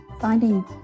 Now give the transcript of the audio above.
finding